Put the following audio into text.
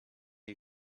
you